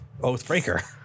Oathbreaker